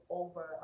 over